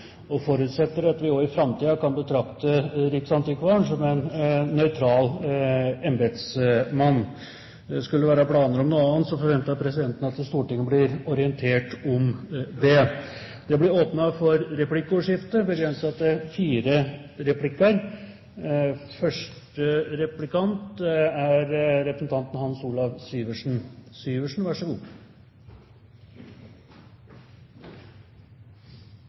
og forutsetter at vi også i framtiden kan betrakte riksantikvaren som en nøytral embetsmann. Skulle det være planer om noe annet, forventer presidenten at Stortinget blir orientert om det. Det blir åpnet for replikkordskifte.